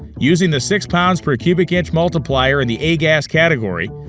using the six pounds per cubic inch multiplier in the a-gas category,